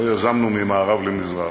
לא יזמנו ממערב למזרח,